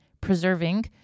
preserving